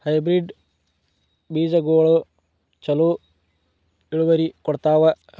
Hybrid ಬೇಜಗೊಳು ಛಲೋ ಇಳುವರಿ ಕೊಡ್ತಾವ?